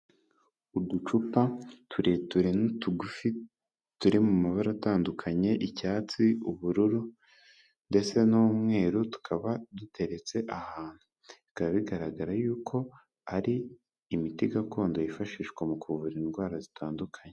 Uducupa tureture n'utugufi, turi mu mabara atandukanye icyatsi, ubururu ndetse n'umweru, tukaba duteretse ahantu, bikaba bigaragara yuko ari imiti gakondo yifashishwa mu kuvura indwara zitandukanye.